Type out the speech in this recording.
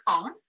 phone